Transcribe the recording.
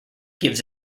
gives